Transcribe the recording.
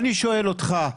אני שואל אותך,